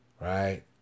right